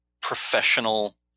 professional